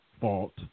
fault